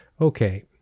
Okay